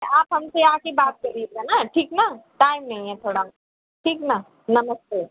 आप हम से आके बात करिएगा ना ठीक ना टाइम नहीं है थोड़ा ठीक ना नमस्ते